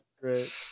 Great